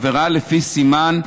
עבירה לפי סימן ב'